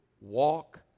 Walk